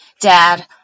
Dad